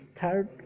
third